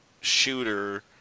shooter